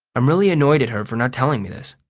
i'm really annoyed at her for not telling me this.